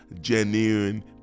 genuine